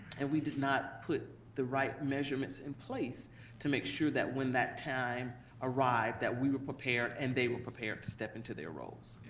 and we did not put the right measurements in place to make sure that, when that time arrived, that we were prepared and they were prepared to step into their roles.